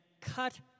cut